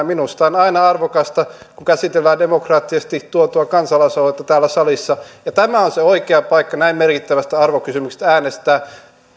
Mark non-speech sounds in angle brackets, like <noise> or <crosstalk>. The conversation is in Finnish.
<unintelligible> minusta on aina arvokasta kun käsitellään demokraattisesti tuotua kansalaisaloitetta täällä salissa ja tämä on se oikea paikka näin merkittävästä arvokysymyksestä äänestää